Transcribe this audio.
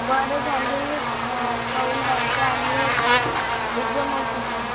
बरं झाली मी खाऊन दावतो आणि ये मग तू पण